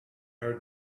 heard